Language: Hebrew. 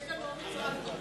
יש לנו אומץ רב.